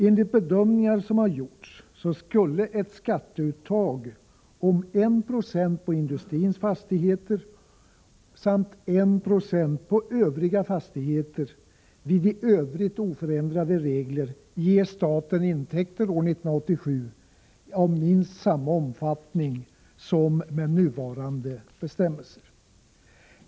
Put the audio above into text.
Enligt bedömningar som har gjorts skulle ett skatteuttag om 1 Jo på industrins fastigheter samt 1 90 på övriga fastigheter vid i övrigt oförändrade regler ge staten intäkter år 1987 av minst samma omfattning som med nuvarande bestämmelser.